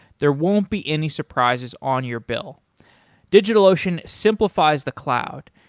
there won't be any surprises on your bill digitalocean simplifies the cloud.